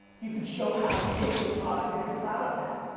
you could show how you make your product if you're proud of that.